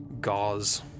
gauze